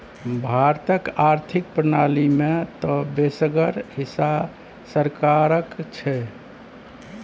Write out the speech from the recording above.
भारतक आर्थिक प्रणाली मे तँ बेसगर हिस्सा सरकारेक छै